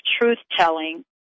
truth-telling